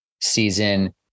season